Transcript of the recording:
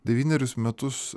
devynerius metus